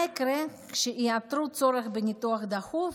מה יקרה כשיאתרו צורך בניתוח דחוף?